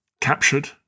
captured